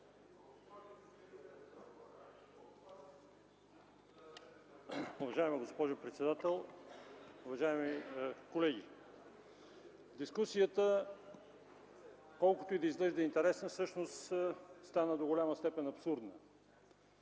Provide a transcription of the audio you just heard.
Уважаема госпожо председател, уважаеми колеги! Дискусията, колкото и да изглежда интересна, всъщност стана до голяма степен абсурдна.